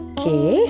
Okay